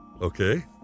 Okay